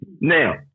Now